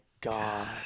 God